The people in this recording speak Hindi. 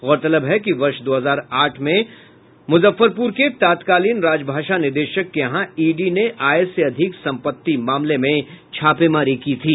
गौरतलब है कि वर्ष दो हजार आठ में मुजफ्फरपुर के तत्कालीन राजभाषा निदेशक के यहां ईडी ने आय से अधिक सम्पत्ति मामले में छापेमारी की थी